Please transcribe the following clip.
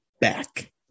Back